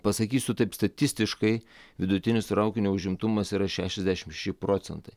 pasakysiu taip statistiškai vidutinis traukinio užimtumas yra šešiasdešim ši procentai